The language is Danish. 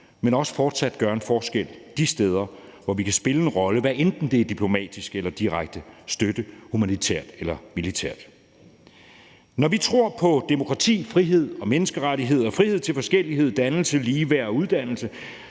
men også fortsat gør en forskel de steder, hvor vi kan spille en rolle, hvad enten det er diplomatisk eller direkte støtte humanitært eller militært. Når vi tror på demokrati, frihed, menneskerettigheder og frihed til forskellighed, dannelse, ligeværd og uddannelse,